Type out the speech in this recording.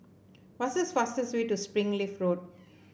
what's the fastest way to Springleaf Road